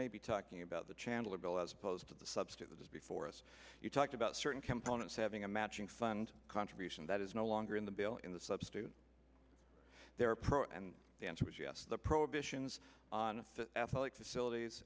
may be talking about the chandler bill as opposed to the substance before us you talked about certain components having a matching fund contribution that is no longer in the bill in the substitute there are pros and the answer is yes the prohibitions on athletic facilities